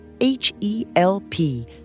H-E-L-P